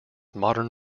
modern